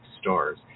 stars